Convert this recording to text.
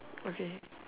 okay